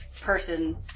person